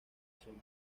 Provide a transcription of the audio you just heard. zona